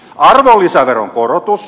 arvonlisäveron korotus